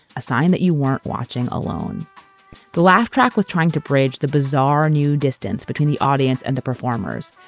a sign that you weren't watching alone the laugh track was trying to bridge the bizarre new distance between the audience and the performers,